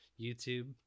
YouTube